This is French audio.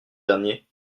dernier